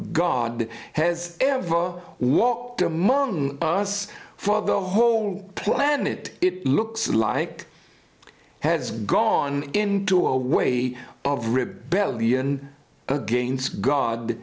god has ever walked among us for the whole planet it looks like has gone into a way of rebellion against g